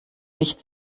nicht